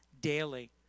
daily